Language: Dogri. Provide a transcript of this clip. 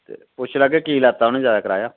पुच्छी लैगे कि उ'न्नै की लैता कराया जैदा